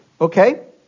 Okay